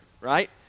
right